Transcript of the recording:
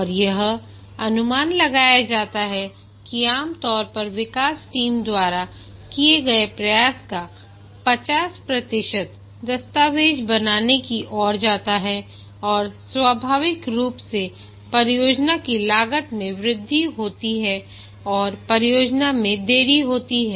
और यह अनुमान लगाया जाता है कि आम तौर पर विकास टीम द्वारा किए गए प्रयास का 50 प्रतिशत दस्तावेज बनाने की ओर जाता है और स्वाभाविक रूप से परियोजना की लागत में वृद्धि होती है और परियोजना में देरी होती है